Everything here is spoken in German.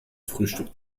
frühstück